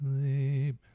sleep